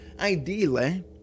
ideally